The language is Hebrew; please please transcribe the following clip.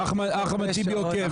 ואחמד טיבי עוקב.